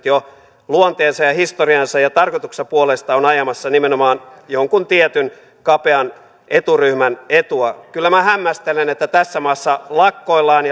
jo luonteensa ja historiansa ja tarkoituksensa puolesta ovat ajamassa nimenomaan jonkun tietyn kapean eturyhmän etua kyllä minä hämmästelen että tässä maassa lakkoillaan